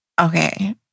okay